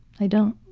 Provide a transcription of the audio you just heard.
i don't